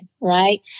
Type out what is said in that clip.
right